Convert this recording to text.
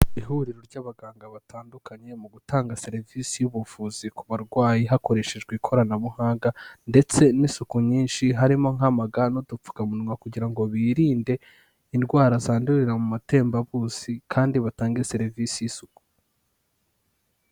Ihuriro ry'abaganga batandukanye mu gutanga serivisi y'ubuvuzi ku barwayi hakoreshejwe ikoranabuhanga ndetse n'isuku nyinshi harimo nk'ama ga n’udupfukamunwa kugira ngo birinde indwara zandurira mu matembabuzi kandi batange serivisi y'isuku.